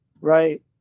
Right